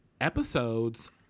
episodes